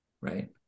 right